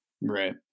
Right